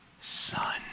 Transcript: son